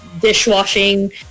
dishwashing